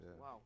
Wow